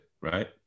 right